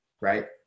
Right